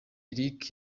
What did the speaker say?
eric